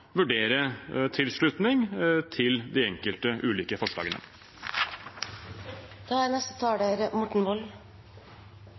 vurdere tilslutning til de ulike forslagene. Det er